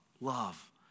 Love